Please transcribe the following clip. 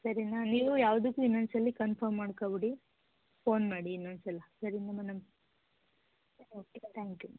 ಸರಿನಾ ನೀವು ಯಾವುದಕ್ಕು ಇನ್ನೊಂದು ಸಲ ಕನ್ಫರ್ಮ್ ಮಾಡ್ಕಬಿಡಿ ಫೋನ್ ಮಾಡಿ ಇನ್ನೊಂದು ಸಲ ಸರೀನ ಮೇಡಮ್ ಓಕೆ ತ್ಯಾಂಕ್ ಯು